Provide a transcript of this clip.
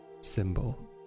symbol